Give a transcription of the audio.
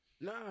Nah